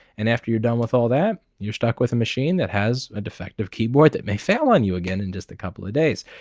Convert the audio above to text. and after you're done with all that, you're stuck with a machine that has a defective keyboard that may fail on you again in just a couple of days.